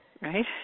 right